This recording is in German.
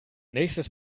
nächstes